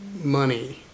money